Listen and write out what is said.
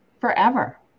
Forever